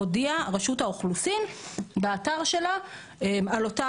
הודיעה רשות האוכלוסין באתר שלה על אותה